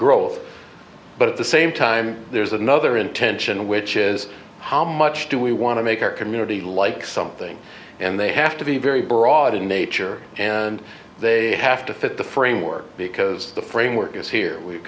growth but at the same time there's another intention which is how much do we want to make our community like something and they have to be very broad in nature and they have to fit the framework because the framework is here we've